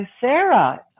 Sarah